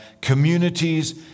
communities